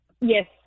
Yes